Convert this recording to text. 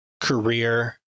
career